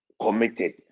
committed